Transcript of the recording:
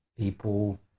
people